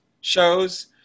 shows